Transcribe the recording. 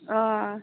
ओ